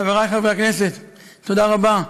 חברי חברי הכנסת, תודה רבה,